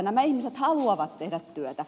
nämä ihmiset haluavat tehdä työtä